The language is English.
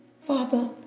Father